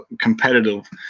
competitive